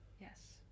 yes